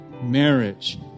marriage